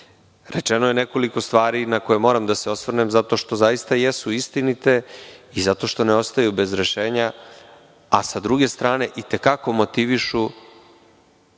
jeste. Rečeno je nekoliko stvari na koje moram da se osvrnem zato što zaista jesu istinite i zašto ne ostaju bez rešenja, a sa druge strane i te kako motivišu